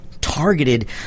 targeted